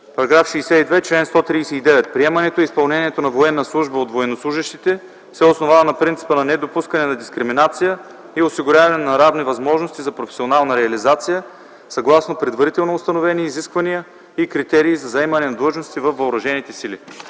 § 62: „§ 62. Чл. 139. Приемането и изпълнението на военна служба от военнослужещите се основава на принципа на недопускане на дискриминация и осигуряване на равни възможности за професионална реализация съгласно предварително установени изисквания и критерии за заемане на длъжности във въоръжените сили.”